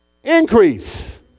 Increase